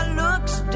looks